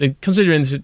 Considering